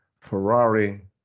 Ferrari